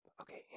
okay